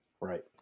right